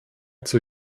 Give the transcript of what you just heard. zur